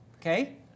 Okay